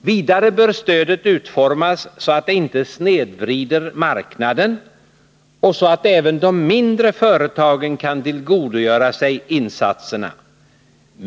Vidare bör stödet utformas så att det inte snedvrider marknaden och så att även de mindre företagen kan tillgodogöra sig insatserna.